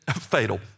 fatal